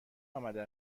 آمده